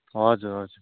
हजुर हजुर